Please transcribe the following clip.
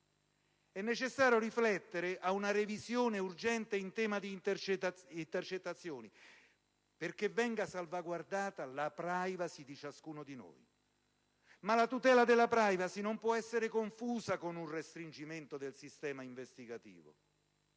È necessario riflettere ad una revisione urgente in tema di intercettazioni, perché venga salvaguardata la *privacy* di ciascuno di noi. Ma la tutela della *privacy* non può essere confusa con un restringimento del sistema investigativo.